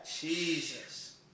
Jesus